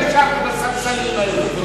מפני ששינינו את דעתנו התיישבנו בספסלים האלה.